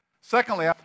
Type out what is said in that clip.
Secondly